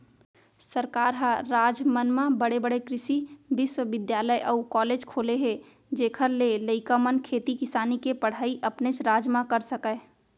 सरकार ह राज मन म बड़े बड़े कृसि बिस्वबिद्यालय अउ कॉलेज खोले हे जेखर ले लइका मन खेती किसानी के पड़हई अपनेच राज म कर सकय